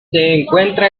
encuentra